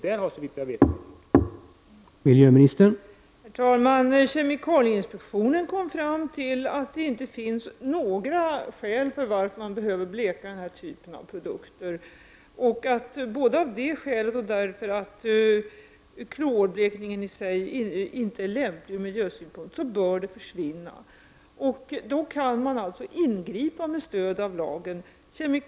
Där har såvitt jag vet inte gjorts något.